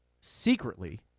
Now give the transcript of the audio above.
secretly